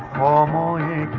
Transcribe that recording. formerly